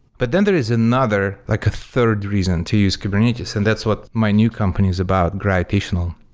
but then there is another, like a third reason to use kubernetes, and that's what my new company is about, gravitational.